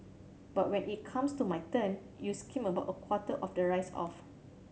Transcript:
but when it comes to my turn you skim about a quarter of the rice off